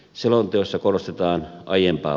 selonteossa korostetaan aiempaa